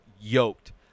yoked